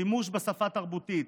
שימוש בשפה תרבותית,